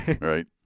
Right